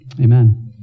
Amen